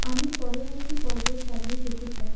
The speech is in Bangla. আমি পরবর্তী পর্ব চালিয়ে যেতে চাই